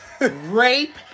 Rape